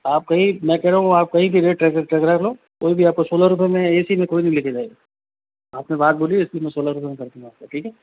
आप कहीं मैं कह रहा हूँ आप कहीं भी रेट ट्राइ कर लो कोई भी आपको सोलह रुपये में ए सी में कोई नहीं लेकर जाएगा आपने बात बोली इसलिए सोलह रुपये में कर दिया आपको ठीक है